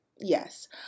Yes